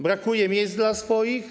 Brakuje miejsc dla swoich?